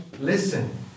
listen